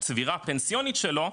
את הצבירה הפנסיונית שלו,